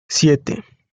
siete